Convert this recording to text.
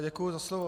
Děkuji za slovo.